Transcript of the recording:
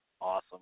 awesome